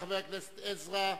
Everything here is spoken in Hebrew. תודה לחבר הכנסת עזרא,